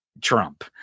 Trump